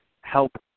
help